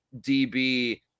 DB